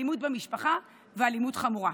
אלימות במשפחה ואלימות חמורה,